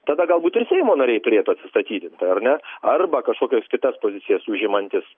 tada galbūt ir seimo nariai turėtų atsistatydint ar ne arba kažkokias kitas pozicijas užimantys